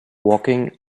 walking